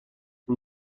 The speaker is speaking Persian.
این